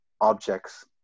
objects